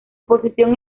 posición